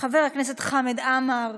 חבר הכנסת חמד עמאר,